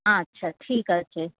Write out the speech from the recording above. আচ্ছা ঠিক আছে